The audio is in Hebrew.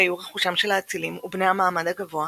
שהיו רכושם של האצילים ובני המעמד הגבוה,